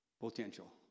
potential